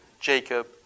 Jacob